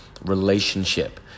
relationship